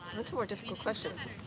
that's a more difficult question